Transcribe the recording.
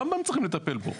רמב"ם צריכים לטפל בו,